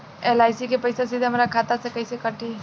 LIC के पईसा सीधे हमरा खाता से कइसे कटी?